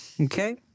Okay